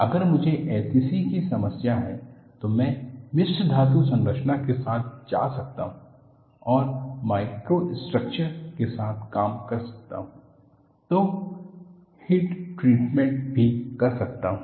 अगर मुझे SCC की समस्या है तो मैं मिश्र धातु संरचना के साथ जा सकता हूं और माइक्रोस्ट्रक्चर के साथ काम कर सकता हूं और हिट ट्रीटमेंट भी कर सकता हूं